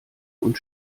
und